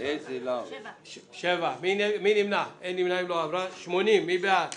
מי בעד